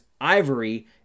Ivory